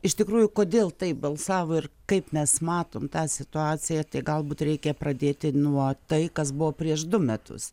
iš tikrųjų kodėl taip balsavo ir kaip mes matom tą situaciją tai galbūt reikia pradėti nuo tai kas buvo prieš du metus